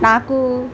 నాకు